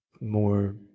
more